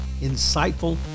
insightful